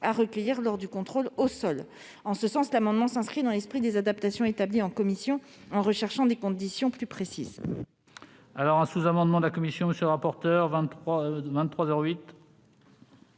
et plus long lors du contrôle au sol. En ce sens, l'amendement s'inscrit dans l'esprit des adaptations établies en commission en prévoyant des conditions plus précises.